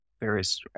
various